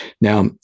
Now